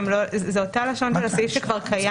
זה אותה לשון של הסעיף שכבר קיים,